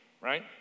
right